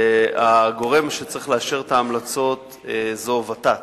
הגורם שצריך לאשר את ההמלצות זה ות"ת,